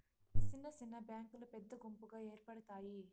సిన్న సిన్న బ్యాంకులు పెద్ద గుంపుగా ఏర్పడుతాయి